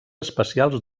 especials